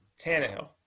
Tannehill